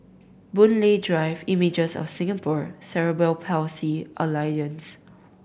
Boon Lay Drive Images of Singapore Cerebral Palsy Alliance